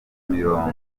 mirongo